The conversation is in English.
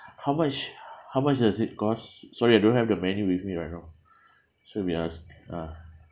how much how much does it cost sorry I don't have the menu with me right now so we ask ah